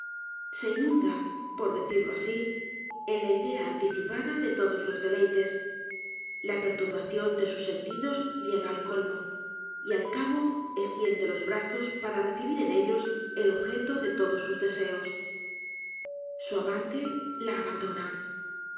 se inunda por decirlo asi en la idea anticipada de todos ios deleites la perturbación de sus sentidos llega al colmo y al cabo estiende los brazos para recibir en ellos el objeto de todos sus deseos su amante la abandona